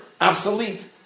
obsolete